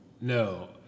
No